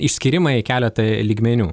išskyrimą į keletą lygmeniu